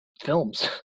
films